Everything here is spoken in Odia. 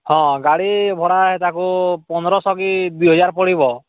ହଁ ଗାଡ଼ି ଭଡ଼ା ହେତାକୁ ପନ୍ଦରଶହ କି ଦୁଇ ହଜାର ପଡ଼ିବ